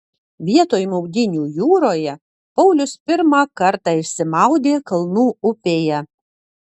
vietoj maudynių jūroje paulius pirmą kartą išsimaudė kalnų upėje